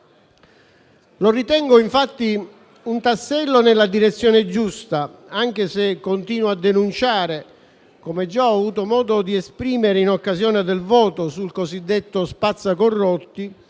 Lo ritengo infatti un tassello nella direzione giusta, anche se continuo a denunciare, come già ho avuto modo di esprimere in occasione del voto sul cosiddetto spazza corrotti,